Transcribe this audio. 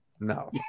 No